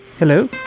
Hello